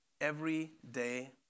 everyday